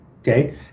Okay